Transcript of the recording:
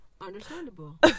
Understandable